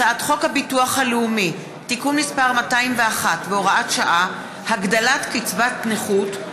הצעת חוק הביטוח הלאומי (תיקון מס' 201 והוראת שעה) (הגדלת קצבת נכות),